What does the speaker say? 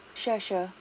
sure sure